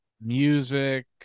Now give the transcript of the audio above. music